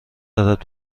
دارد